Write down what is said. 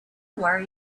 worry